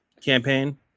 campaign